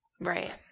right